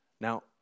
Now